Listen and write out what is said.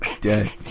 dead